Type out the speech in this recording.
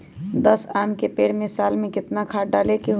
दस आम के पेड़ में साल में केतना खाद्य डाले के होई?